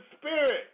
spirit